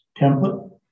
template